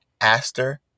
Aster